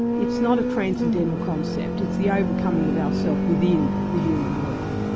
it's not a transcendental concept, it's the overcoming of our self within the human world.